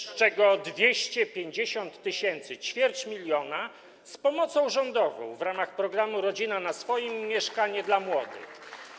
z czego 250 tys., ćwierć miliona, z pomocą rządową w ramach programu „Rodzina na swoim” i „Mieszkanie dla młodych”